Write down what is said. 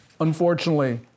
unfortunately